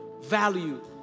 value